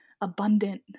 abundant